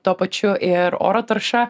tuo pačiu ir oro tarša